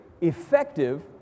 effective